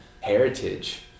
heritage